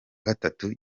gatatu